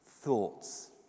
thoughts